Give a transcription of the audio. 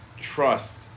trust